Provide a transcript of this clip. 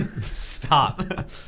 stop